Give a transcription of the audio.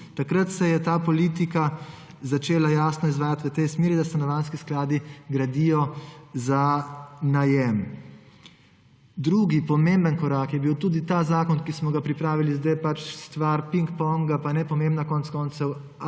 Takrat se je ta politika začela jasno izvajati v tej smeri, da stanovanjski skladi gradijo za najem. Drug pomemben korak je bil tudi ta zakon, ki smo ga pripravili. Zdaj je pač stvar pingponga, pa nepomembno konec koncev,